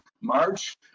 March